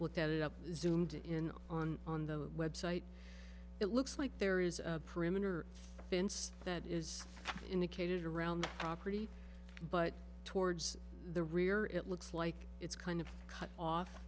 looked at it up is zoomed in on on the website it looks like there is a perimeter fence that is indicated around the property but towards the rear it looks like it's kind of cut off